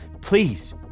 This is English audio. please